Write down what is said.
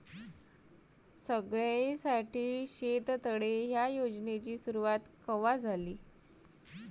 सगळ्याइसाठी शेततळे ह्या योजनेची सुरुवात कवा झाली?